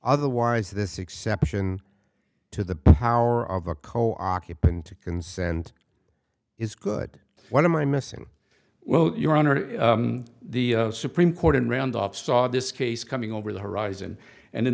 otherwise this exception to the power of a coal occupant to consent is good what am i missing well your honor the supreme court and roundoff saw this case coming over the horizon and a